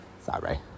Sorry